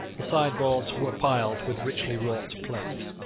the sideboards were piled with richly wrought plate.